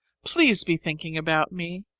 please be thinking about me.